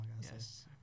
Yes